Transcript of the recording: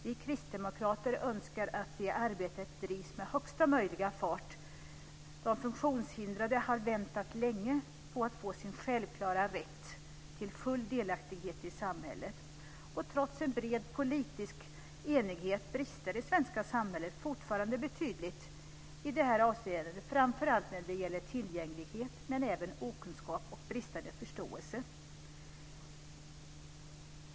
Vi kristdemokrater önskar att det arbetet drivs med högsta möjliga fart. De funktionshindrade har väntat länge på att få sin självklara rätt till full delaktighet i samhället. Trots en bred politisk enighet har det svenska samhället betydliga brister i det här avseendet. Det gäller framför allt tillgänglighet, men det finns även okunskap och bristande förståelse.